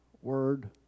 Word